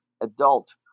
adult